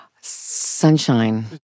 Sunshine